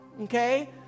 okay